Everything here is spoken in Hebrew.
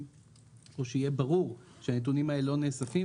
בגלל שצריך לעשות כאן שינויים המחויבים,